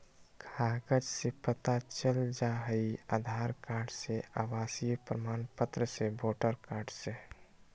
कागज से पता चल जाहई, आधार कार्ड से, आवासीय प्रमाण पत्र से, वोटर कार्ड से?